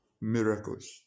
miracles